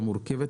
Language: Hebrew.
המורכבת,